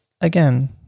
again